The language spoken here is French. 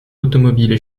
automobile